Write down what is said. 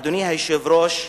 אדוני היושב-ראש,